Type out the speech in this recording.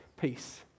peace